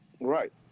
Right